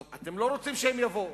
טוב, אתם לא רוצים שהם יבואו,